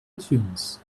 itunes